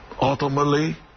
ultimately